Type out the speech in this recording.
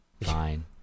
Fine